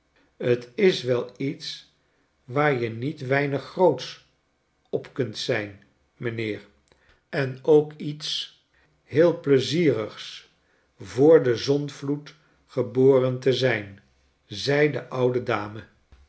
t is wel iets waar je niet weinig grootsch op kunt zijn m'nheer en ook iets heel pleizierigs voor den zondvloed geboren te zijn zei de oude dame